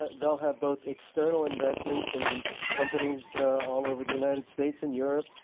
ah they'll have both external investments in companies all over the united states and europe,